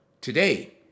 Today